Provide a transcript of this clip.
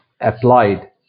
applied